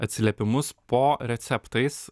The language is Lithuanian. atsiliepimus po receptais